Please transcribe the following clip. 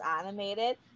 animated